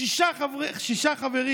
שישה חברים